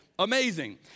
Amazing